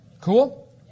Cool